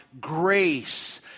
grace